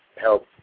help